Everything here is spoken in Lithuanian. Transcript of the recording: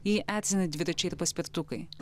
jį erzina dviračiai ir paspirtukai